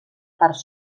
part